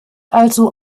also